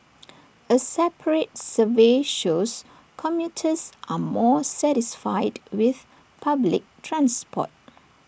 A separate survey shows commuters are more satisfied with public transport